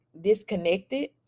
disconnected